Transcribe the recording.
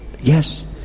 Yes